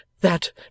That